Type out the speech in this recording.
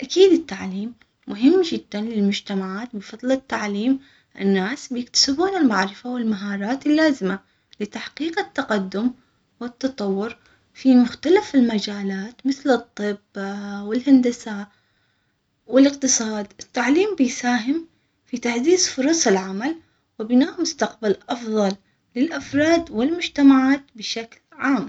أكيد التعليم مهم جد ا للمجتمعات بفضل التعليم، الناس بيكتسبون المعرفة والمهارات اللازمة لتحقيق التقدم والتطور في مختلف المجالات مثل الطب والهندسة والاقتصاد التعليم بيساهم في تعزيز فرص العمل وبناء.